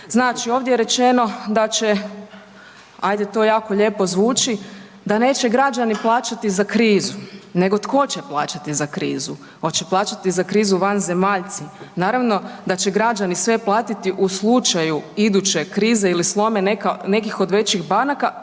Znači ovdje je rečeno da će, ajde to jako lijepo zvuči, da neće građani plaćati za krizu. Nego tko će plaćati za krizu? Hoće li plaćati za krizu vanzemaljci? Naravno da će građani sve platiti u slučaju iduće krize ili sloma nekih od većih banaka,